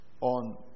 on